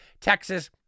Texas